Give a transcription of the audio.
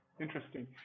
Interesting